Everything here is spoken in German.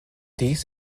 dies